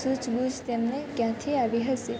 સુજ બુજ તેમને ક્યાંથી આવી હશે